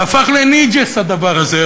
זה הפך לניג'ס, הדבר הזה.